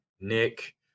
nick